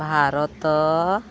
Bharat